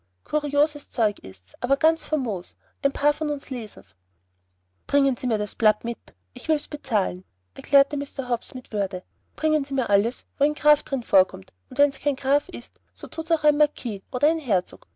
kurioses zeug ist's aber ganz famos ein paar von uns lesen's bringen sie mir das blatt mit ich will's bezahlen erklärte mr hobbs mit würde bringen sie mir alles wo ein graf drin vorkommt und wenn's kein graf ist so thut's auch ein marquis oder ein herzog